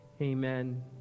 Amen